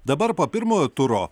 dabar po pirmojo turo